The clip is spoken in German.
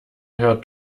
hört